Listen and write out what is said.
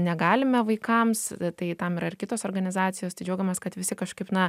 negalime vaikams tai tam yra ir kitos organizacijos tai džiaugiamės kad visi kažkaip na